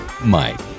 Mike